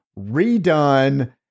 redone